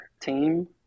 team